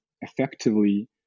effectively